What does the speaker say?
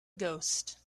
ghost